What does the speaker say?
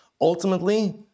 ultimately